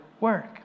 work